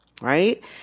right